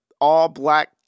all-black